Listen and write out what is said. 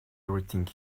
everything